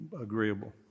agreeable